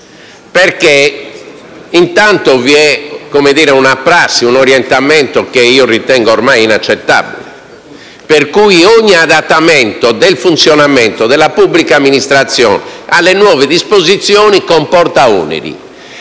Infatti, vi è una prassi, un orientamento che ritengo ormai inaccettabile, per cui ogni adattamento del funzionamento della pubblica amministrazione alle nuove disposizioni comporta oneri